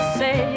say